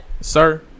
sir